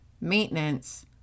maintenance